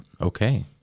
Okay